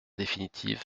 définitive